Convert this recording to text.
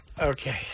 Okay